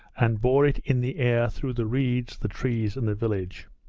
and bore it in the air through the reeds, the trees, and the village.